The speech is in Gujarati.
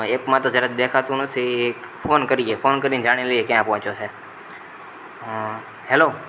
એપમાં તો જરા દેખાતું નથી એક ફોન કરીએ ફોન કરીને જાણી લઈએ ક્યાં પહોંચ્યો છે હેલો